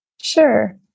Sure